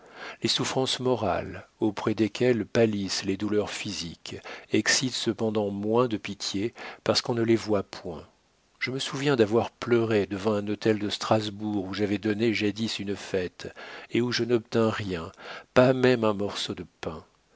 les souffrances morales auprès desquelles pâlissent les douleurs physiques excitent cependant moins de pitié parce qu'on ne les voit point je me souviens d'avoir pleuré devant un hôtel de strasbourg où j'avais donné jadis une fête et où je n'obtins rien pas même un morceau de pain